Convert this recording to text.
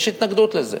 יש התנגדות לזה.